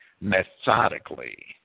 methodically